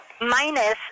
Minus